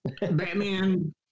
Batman